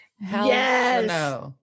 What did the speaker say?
Yes